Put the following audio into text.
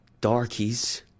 darkies